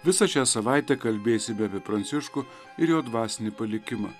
visą šią savaitę kalbėsime apie pranciškų ir jo dvasinį palikimą